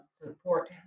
support